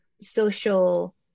social